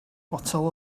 fotel